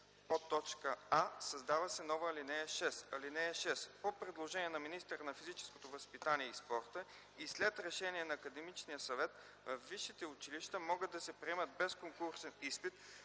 чл. 68: а) създава се нова ал. 6: „(6) По предложение на министъра на физическото възпитание и спорта и след решение на академичния съвет във висшите училища могат да се приемат без конкурсен изпит